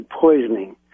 poisoning